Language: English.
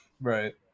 Right